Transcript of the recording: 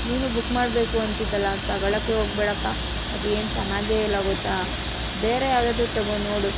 ನೀನು ಬುಕ್ ಮಾಡಬೇಕು ಅಂತಿದ್ದಲ್ಲ ತಗೊಳೋಕೆ ಹೋಗ್ಬೇಡಪ್ಪ ಅದೇನು ಚೆನ್ನಾಗೆ ಇಲ್ಲ ಗೊತ್ತಾ ಬೇರೆ ಯಾವುದಾದ್ರೂ ತಗೋ ನೋಡು